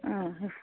उम